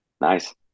Nice